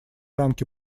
рамки